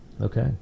Okay